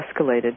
escalated